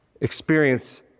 experience